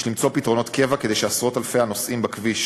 יש למצוא פתרונות קבע כדי שעשרות-אלפי הנוסעים בכביש